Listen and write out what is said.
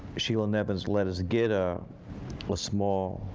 sheila nevins let us get a small